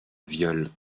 viole